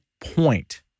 point